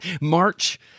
march